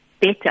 better